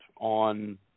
on